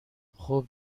خوب